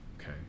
okay